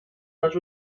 les